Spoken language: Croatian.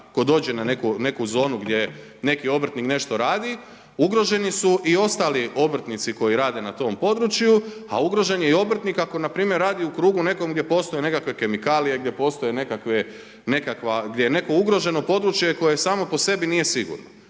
tko dođe na neku zonu gdje neki obrtnik nešto radi. Ugroženi si i ostali obrtnici koji rade na tom području, a ugrožen je i obrtnik ako npr. radi u krugu nekom gdje postoje nekakve kemikalije, gdje postoje nekakva, gdje je neko ugroženo područje koje samo po sebi nije sigurno.